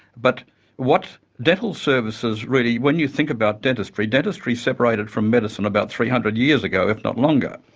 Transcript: but what dental services really, when you think about dentistry, dentistry separated from medicine about three hundred years ago, if not longer,